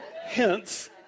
Hence